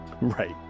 right